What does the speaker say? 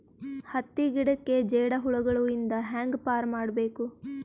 ಹತ್ತಿ ಗಿಡಕ್ಕೆ ಜೇಡ ಹುಳಗಳು ಇಂದ ಹ್ಯಾಂಗ್ ಪಾರ್ ಮಾಡಬೇಕು?